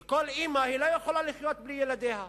כל אמא, היא לא יכולה לחיות בלי ילדיה.